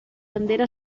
bandera